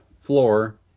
floor